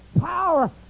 power